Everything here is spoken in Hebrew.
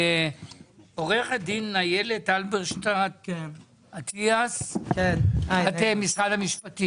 עו"ד איילת הלברשטט עטיאס, את ממשרד המשפטים.